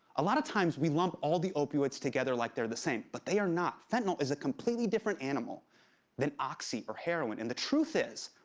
a lot of times we lump all the opiods together like they're the same. but they are not. fentanyl is a completely different animal than oxy or heroin and the truth is.